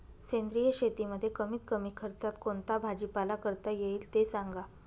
सेंद्रिय शेतीमध्ये कमीत कमी खर्चात कोणता भाजीपाला करता येईल ते सांगा